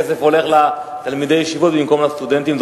כסף הולך לתלמידי הישיבות במקום לסטודנטים.